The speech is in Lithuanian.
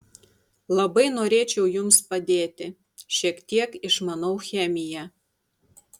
labai norėčiau jums padėti šiek tiek išmanau chemiją